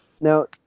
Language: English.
Now